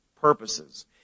purposes